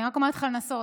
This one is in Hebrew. אני רק אומרת לך לנסות,